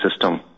system